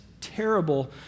terrible